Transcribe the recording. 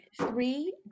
three